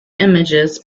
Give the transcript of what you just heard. images